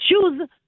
choose